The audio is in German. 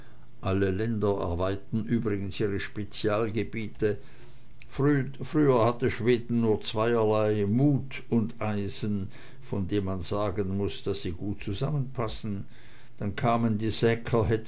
alle länder erweitern übrigens ihre spezialgebiete früher hatte schweden nur zweierlei mut und eisen von denen man sagen muß daß sie gut zusammenpassen dann kamen die